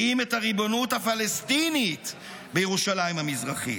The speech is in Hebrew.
כי אם את הריבונות הפלסטינית בירושלים המזרחית.